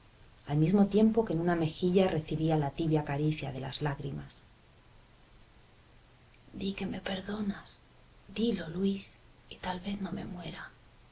al mismo tiempo que en una mejilla recibía la tibia caricia de las lágrimas di que me perdonas dilo luis y tal vez no me muera